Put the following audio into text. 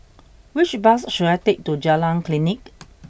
which bus should I take to Jalan Klinik